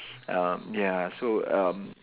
um ya so um